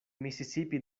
mississippi